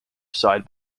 side